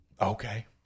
Okay